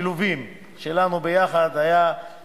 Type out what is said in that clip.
אנחנו עוברים להצבעה בקריאה שנייה על